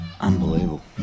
Unbelievable